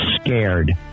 scared